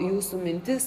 jūsų mintis